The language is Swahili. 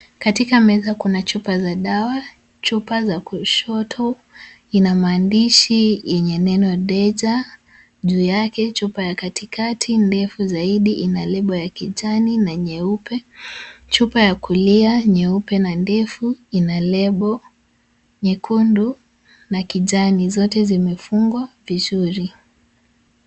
Katika meza kuna chupa za dawa. Chupa za kushoto, ina maandishi yenye neno deja juu yake. Chupa ya katikati, ndefu zaidi, ina lebo ya kijani, na nyeupe. Chupa ya kulia, nyeupe na ndefu, ina lebo nyekundu na kijani. Zote zimefungwa vizuri.